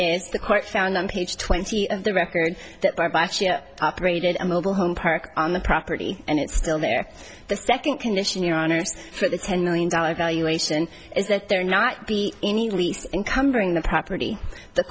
is the court found on page twenty of the records that are by operated a mobile home park on the property and it's still there the second condition your honour's for the ten million dollars valuation is that there not be any lease encumbering the property the